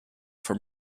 for